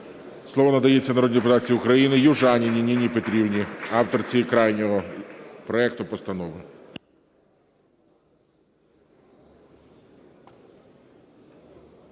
Слово надається народній депутатці України Южаніній Ніні Петрівні, авторці крайнього проекту постанови.